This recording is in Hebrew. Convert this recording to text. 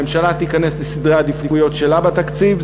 הממשלה תיכנס לסדרי העדיפויות שלה בתקציב,